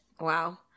Wow